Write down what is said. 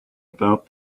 about